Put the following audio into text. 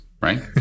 right